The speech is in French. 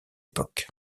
époque